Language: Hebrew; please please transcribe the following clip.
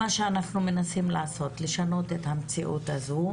מנסים לשנות את המציאות הזו,